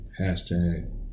Hashtag